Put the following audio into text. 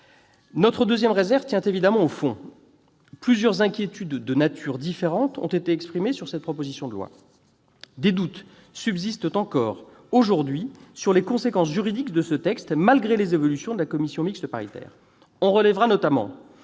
Notre seconde réserve tient évidemment au fond. Plusieurs inquiétudes de nature différente ont été exprimées au sujet de cette proposition de loi. Des doutes subsistent encore aujourd'hui sur ses conséquences juridiques, malgré les évolutions issues des travaux de la commission mixte paritaire.